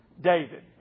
David